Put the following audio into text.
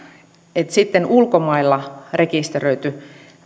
että sitten ulkomailla rekisteröity